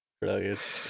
Brilliant